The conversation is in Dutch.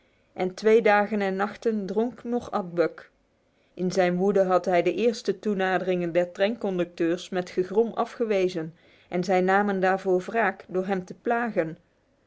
en twee dagen en nachten dronk noch at buck in zijn woede had hij de eerste toenaderingen der treinconducteurs met gegrom afgewezen en zij namen daarvoor wraak door hem te plagen